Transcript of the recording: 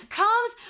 comes